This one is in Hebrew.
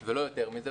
ולא יותר מזה,